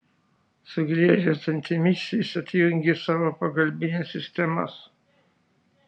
sugriežęs dantimis jis atjungė savo pagalbines sistemas